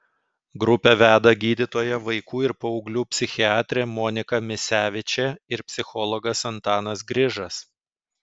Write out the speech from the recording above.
grupę veda gydytoja vaikų ir paauglių psichiatrė monika misevičė ir psichologas antanas grižas